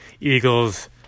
Eagles